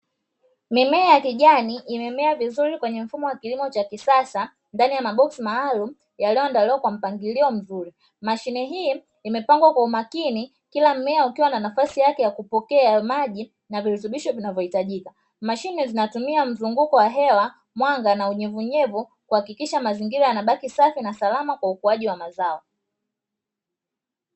Mimea ya kijani imemea vizuri kwenye mfumo wa kilimo cha kisasa ndani ya maboksi maalumu yaliyoandaliwa kwa mpangilio mzuri. Mashine hii imepangwa kwa umakini kila mmea ukiwa na nafasi yake ya kupokea maji na virutubisho vinavyohitajika. Mashine zinatumia mzunguko wa hewa, mwanga na unyevunyevu kuhakikisha mazingira yanabaki safi na salama kwa ukuaji wa mazao.